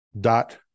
dot